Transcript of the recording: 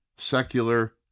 Secular